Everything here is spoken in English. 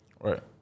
right